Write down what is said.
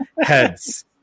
heads